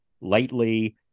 lightly